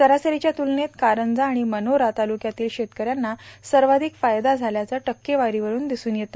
सरासरीच्या तुलनेत कारंजा आणि मानोरा तालुक्यातील शेतकऱ्यांना सर्वाधिक फायदा झाल्याच टक्केवारीवरून दिसून येत